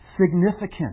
significant